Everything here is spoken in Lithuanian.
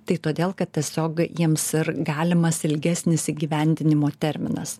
tai todėl kad tiesiog jiems ir galimas ilgesnis įgyvendinimo terminas